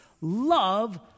love